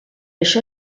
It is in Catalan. això